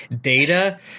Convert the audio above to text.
data